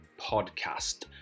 podcast